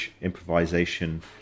improvisation